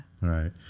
Right